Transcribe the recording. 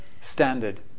standard